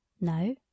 No